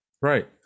right